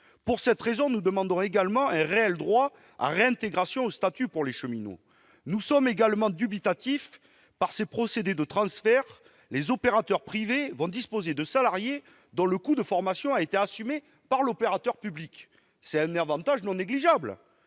Pour cette raison, nous demandons également un réel droit au retour au statut pour les cheminots. Par ailleurs, grâce à ces processus de transfert, les opérateurs privés vont disposer de salariés dont le coût de la formation aura été assumé par l'opérateur public. C'est un avantage non négligeable.